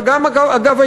וגם אגב,